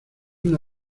una